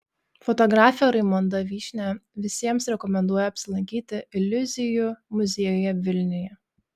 fotografė raimonda vyšnia visiems rekomenduoja apsilankyti iliuzijų muziejuje vilniuje